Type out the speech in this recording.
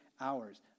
hours